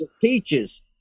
peaches